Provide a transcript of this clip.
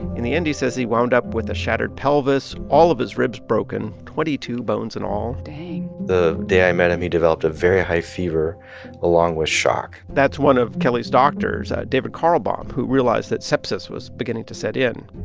in and says he wound up with a shattered pelvis, all of his ribs broken twenty two bones in all dang the day i met him, he developed a very high fever along with shock that's one of kelly's doctors, david carlbom, who realized that sepsis was beginning to set in